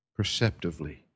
perceptively